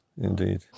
indeed